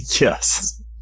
yes